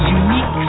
unique